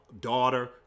daughter